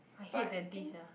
I hate dentist sia